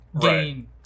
gain